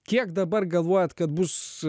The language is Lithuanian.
kiek dabar galvojat kad bus